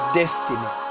destiny